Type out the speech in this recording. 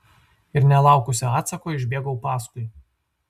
ir nelaukusi atsako išbėgau paskui